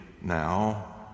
now